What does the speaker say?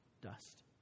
dust